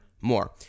more